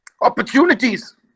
opportunities